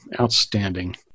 Outstanding